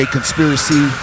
Conspiracy